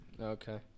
Okay